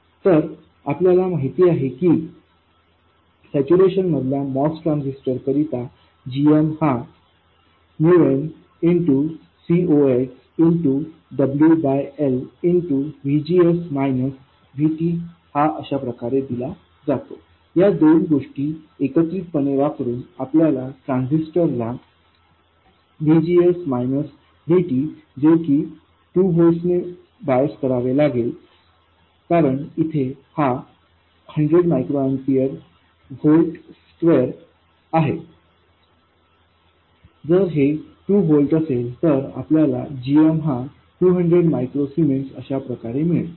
तर आपल्याला माहित आहे की सॅच्युरेशनमधल्या MOS ट्रान्झिस्टर करिता gm हा nCoxWLVGS VT हा अशाप्रकारे दिला जातो या दोन गोष्टी एकत्रितपणे वापरून आपल्याला ट्रान्झिस्टरला VGS VT 2 व्होल्ट ने बायस करावे लागेल कारण इथे हा 100 मायक्रो एम्पीयर व्होल्ट स्क्वेअर आहे जर हे 2 व्होल्ट असेल तर आपल्याला gm हा 200 मायक्रो सीमेन्स अशाप्रकारे मिळेल